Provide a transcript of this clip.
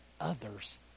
others